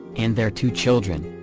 and their two children,